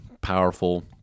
powerful